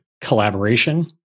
collaboration